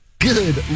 Good